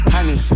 Honey